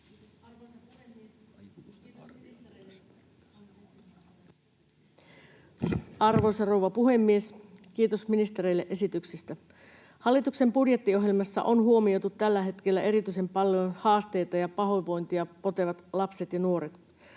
Arvoisa rouva puhemies! Kiitos ministereille esityksistä. Hallituksen budjettiohjelmassa on huomioitu tällä hetkellä erityisen paljon haasteita ja pahoinvointia potevat lapset ja nuoret.